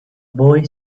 boy